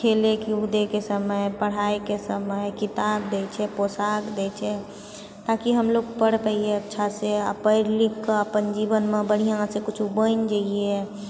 खेलए कूदएके समय पढ़ाइके समय किताब दए छै पोशाक दए छै ताकि हमलोग पढ़ि पइऐ अच्छासँ आ पढ़ि लिखके अपन जीवनमे बढ़िआँसँ किछु बनि जइऐ